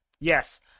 yes